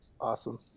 awesome